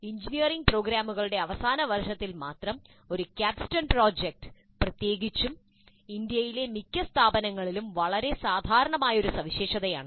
engineering പ്രോഗ്രാമുകളുടെ അവസാന വർഷത്തിൽ മാത്രം ഒരു ക്യാപ്സ്റ്റോൺ പ്രോജക്റ്റ് പ്രത്യേകിച്ചും ഇന്ത്യയിലെ മിക്ക സ്ഥാപനങ്ങളിലും വളരെ സാധാരണമായ ഒരു സവിശേഷതയാണ്